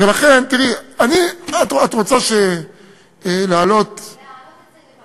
תראי, את רוצה להעלות, להעלות את זה לוועדה.